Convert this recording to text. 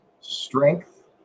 Strength